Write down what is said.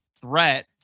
threat